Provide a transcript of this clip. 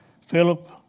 Philip